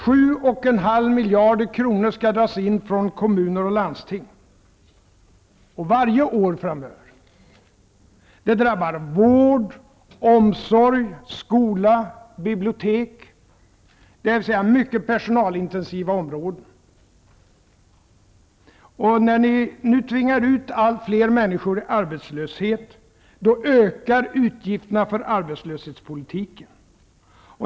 7,5 miljarder kronor skall dras in från kommuner och landsting varje år framöver. Det drabbar vård, omsorg, skola, bibliotek, dvs. mycket personalintensiva områden. När ni nu tvingar ut allt fler människor i arbetslöshet, då ökar utgifterna för arbetslöshetspolitiken.